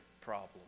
problem